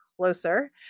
closer